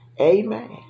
Amen